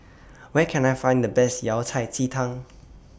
Where Can I Find The Best Yao Cai Ji Tang